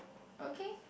okay